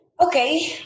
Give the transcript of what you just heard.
Okay